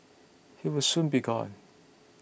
he will soon be gone